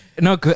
no